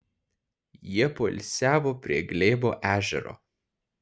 jie poilsiavo prie glėbo ežero